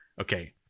Okay